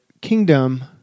kingdom